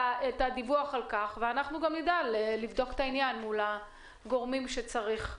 ואנחנו נדע לבדוק את העניין מול הגורמים שצריך.